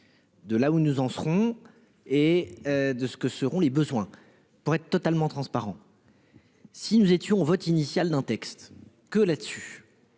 De là où nous en serons et. De ce que seront les besoins pour être totalement transparent. Si nous étions vote initial d'un texte que là-dessus,